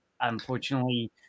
unfortunately